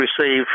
receive